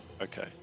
Okay